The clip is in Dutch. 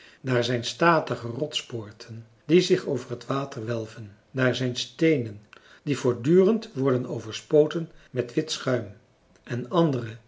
daar zijn statige rotspoorten die zich over t water welven daar zijn steenen die voortdurend worden overspoten met wit schuim en andere